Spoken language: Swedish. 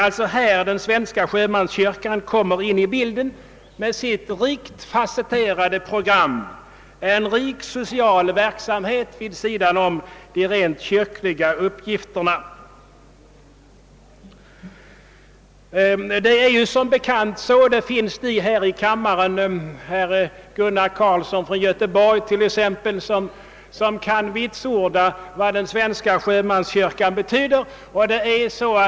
i Den svenska sjömanskyrkan har ett rikt fasetterat program, som bl.a. omfattar en betydande social verksamhet vid sidan om de rent kyrkliga uppgifterna. Som bekant finns det ledamöter av denna kammare, t.ex. herr Gunnar Carlsson i Göteborg, som kan vitsorda vad den svenska sjömanskyrkan betyder.